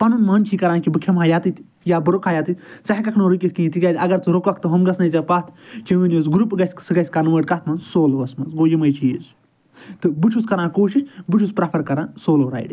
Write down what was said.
پَنُن من چھُے کَران کہ بہٕ کھیٚم ہا یَتٕتۍ یا بہٕ رُکہا یَتِتۍ ژٕ ہیٚکَکھ نہٕ رُکِتھ کِہیٖنۍ تکیازِ اگر ژٕ رُکَکھ تہٕ ہُم گَژھنے ژےٚ پتھ چٲنۍ یُس گرُپ گَژھِ سُہ گَژھِ کَنوٲٹ کتھ مَنٛز سولو وَس مَنٛز گوٚو یِمے چیٖز تہٕ بہٕ چھُس کَران کوشِش بہٕ چھُس پریٚفر کَران سولو رایڈِنٛگ